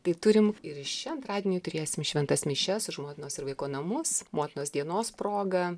tai turim ir šį antradienį turėsim šventas mišias už motinos ir vaiko namus motinos dienos proga